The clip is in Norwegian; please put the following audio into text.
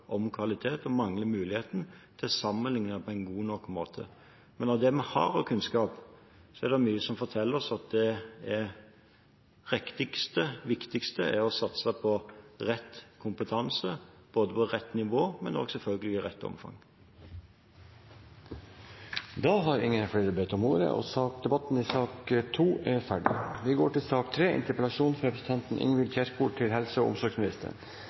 om kvalitet og mangler muligheten til å sammenligne på en god nok måte. Innen det vi har av kunnskap, er det mye som forteller oss at det riktigste og viktigste er å satse på rett kompetanse, på rett nivå, men selvfølgelig også i rett omfang. Flere har ikke bedt om ordet til sak